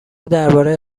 درباره